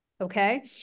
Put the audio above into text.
okay